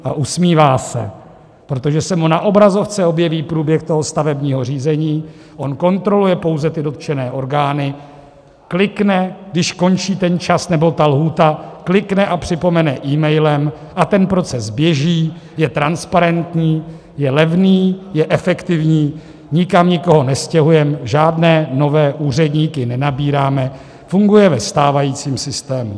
A usmívá se, protože se mu na obrazovce objeví průběh toho stavebního řízení, on kontroluje pouze ty dotčené orgány, klikne, když končí čas nebo lhůta, klikne a připomene emailem a ten proces běží, je transparentní, je levný, je efektivní, nikam nikoho nestěhujeme, žádné nové úředníky nenabíráme, funguje ve stávajícím systému.